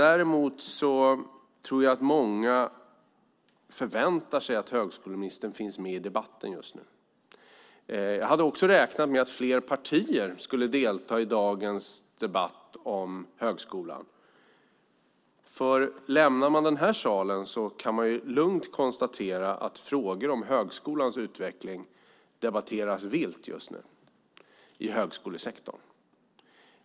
Däremot tror jag att många förväntade sig att högskoleministern var med i debatten just nu. Jag hade räknat med att fler partier skulle delta i denna debatt om högskolan. När man lämnar den här salen kan man lugnt konstatera att frågor om högskolans utveckling debatteras vilt just nu i högskolesektorn.